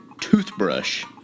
toothbrush